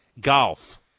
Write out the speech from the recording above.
Golf